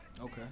Okay